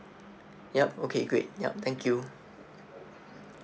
yup okay great yup thank you